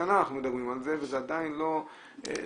אנחנו מדברים על זה וזה עדיין לא יושם.